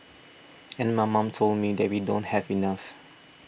and my mom told me that we don't have enough